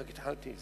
רק התחלתי.